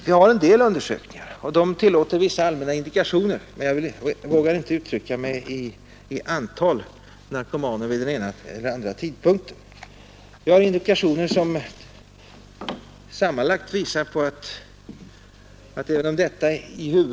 Det finns en del undersökningar, och de tillåter vissa allmänna indikationer, men jag vågar inte uttrycka mig i antal narkomaner vid den ena eller andra tidpunkten.